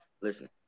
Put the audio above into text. Listen